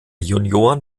junioren